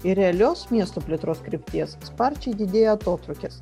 ir realios miesto plėtros krypties sparčiai didėja atotrūkis